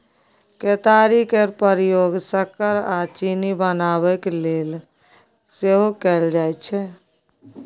केतारी केर प्रयोग सक्कर आ चीनी बनाबय लेल सेहो कएल जाइ छै